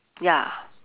ya